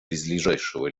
близлежащего